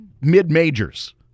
mid-majors